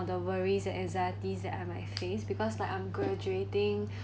the worries and anxieties that I might face because like I'm graduating